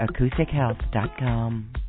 AcousticHealth.com